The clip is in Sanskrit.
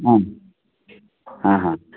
आं हा हा